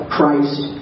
Christ